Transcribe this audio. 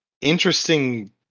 interesting